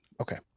okay